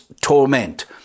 torment